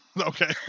Okay